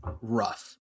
rough